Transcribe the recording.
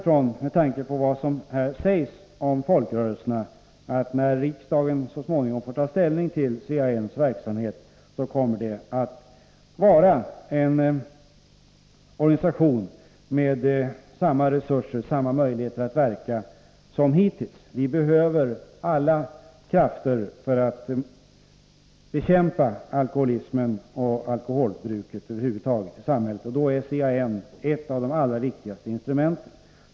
Med tanke på vad som här sägs om folkrörelserna utgår jag från att när riksdagen så småningom får ta ställning till CAN:s verksamhet, så kommer det att vara en organisation med samma resurser och samma möjligheter att verka som hittills. Vi behöver alla krafter för att bekämpa alkoholismen och alkoholbruket över huvud taget i samhället. Då är CAN ett av de allra viktigaste instrumenten.